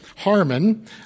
Harmon